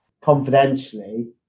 confidentially